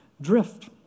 drift